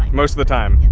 most of the time.